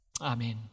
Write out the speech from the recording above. Amen